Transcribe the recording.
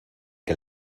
que